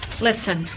Listen